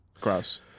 Gross